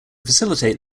facilitate